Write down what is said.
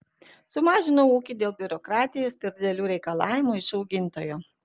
sumažinau ūkį dėl biurokratijos per didelių reikalavimų iš augintojo